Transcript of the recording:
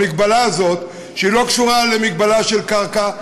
המגבלה הזאת לא קשורה למגבלה של קרקע,